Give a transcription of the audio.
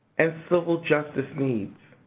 and civil justice needs.